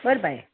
बरें बाय